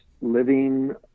living